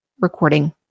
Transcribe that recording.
recording